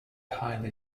highly